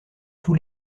tous